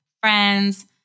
friends